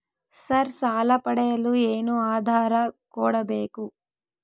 Sir ಸಾಲ ಪಡೆಯಲು ಏನು ಆಧಾರ ಕೋಡಬೇಕು?